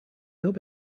hope